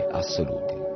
assoluti